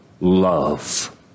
love